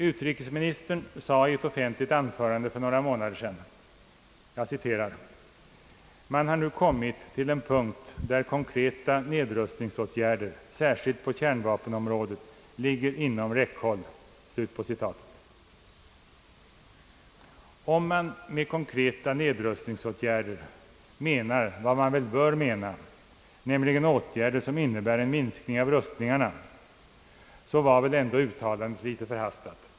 Utrikesministern sade i ett offentligt anförande för några månader sedan: »Man har nu kommit till en punkt där konkreta nedrustningsåtgärder, särskilt på kärnvapenområdet, ligger inom räckhåll.» Om man med konkreta nedrustningsåtgärder menar vad man väl bör mena, nämligen åtgärder som innebär en minskning av rustningarna, så var väl ändå uttalandet litet förhastat.